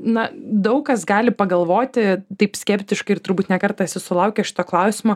na daug kas gali pagalvoti taip skeptiškai ir turbūt ne kartą esi sulaukęs šito klausimo